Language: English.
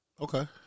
Okay